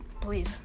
please